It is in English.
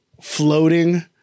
floating